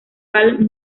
palm